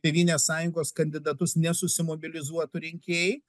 tėvynės sąjungos kandidatus nesusimobilizuotų rinkėjai